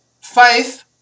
faith